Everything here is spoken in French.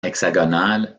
hexagonal